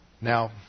Now